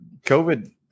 COVID